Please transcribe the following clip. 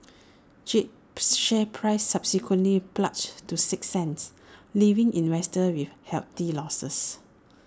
jade's share price subsequently plunged to six cents leaving investors with hefty losses